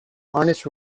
harness